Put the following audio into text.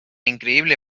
increíble